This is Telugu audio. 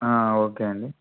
ఓకే అండి